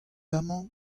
amañ